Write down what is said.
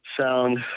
sound